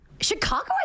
Chicago